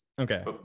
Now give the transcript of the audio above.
Okay